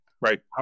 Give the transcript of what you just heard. Right